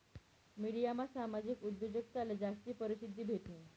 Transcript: मिडियामा सामाजिक उद्योजकताले जास्ती परशिद्धी भेटनी